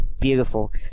beautiful